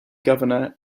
governor